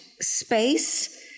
space